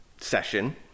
session